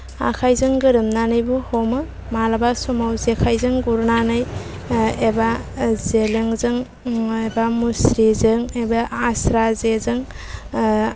आखाइजों गोरोमनानैबो हमो मालाबा समाव जेखाइजों गुरनानै एबा जेलोंजों एबा मुस्रिजों एबा आस्रा जेजों